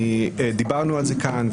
דיברנו על זה כאן,